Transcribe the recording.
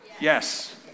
Yes